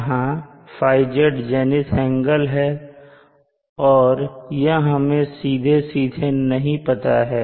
जहां θz zenith angle है और यह हमें सीधे सीधे नहीं पता है